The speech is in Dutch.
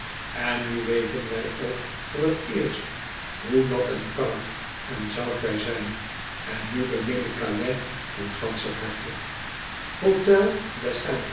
en nu weten wij ook voor t eerst hoe nat en koud en zout wij zijn en nu bemin ik calais van ganscher harte